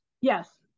Yes